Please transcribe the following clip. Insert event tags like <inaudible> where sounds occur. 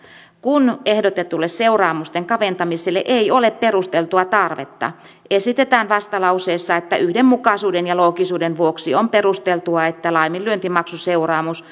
kun ehdotetulle seuraamusten kaventamiselle ei ole perusteltua tarvetta esitetään vastalauseessa että yhdenmukaisuuden ja loogisuuden vuoksi on perusteltua että laiminlyöntimaksuseuraamus <unintelligible>